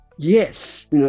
Yes